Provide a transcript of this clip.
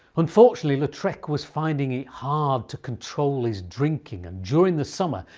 unfortunately, lautrec was finding it hard to control his drinking and during the summer,